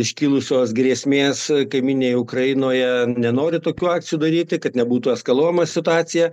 iškilusios grėsmės kaimyninėje ukrainoje nenori tokių akcijų daryti kad nebūtų eskaluojama situacija